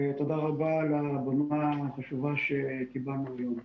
ותודה רבה על הבמה החשובה שקיבלנו היום.